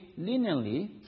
linearly